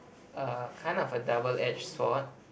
err kind of a double edge sword